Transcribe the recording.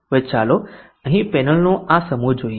હવે ચાલો અહીં પેનલનો આ સમૂહ જોઈએ